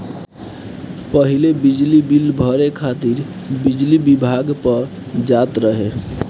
पहिले बिजली बिल भरे खातिर बिजली विभाग पअ जात रहे